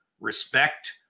respect